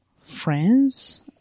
friends